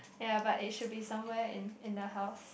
ya but it should be somewhere in in the house